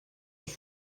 als